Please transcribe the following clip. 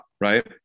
right